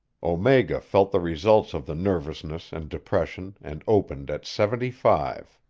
omega felt the results of the nervousness and depression, and opened at seventy-five.